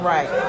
Right